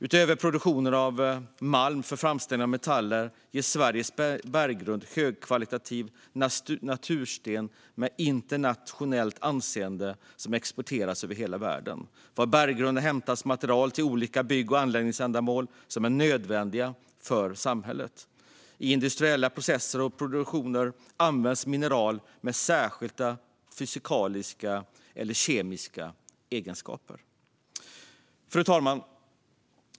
Utöver produktionen av malm för framställning av metaller ger Sveriges berggrund högkvalitativ natursten med internationellt anseende, och den exporteras över hela världen. Från berggrunden hämtas material till olika bygg och anläggningsändamål som är nödvändiga för samhället. I industriella processer och produkter används mineral med särskilda fysikaliska eller kemiska egenskaper. Fru talman!